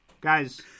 guys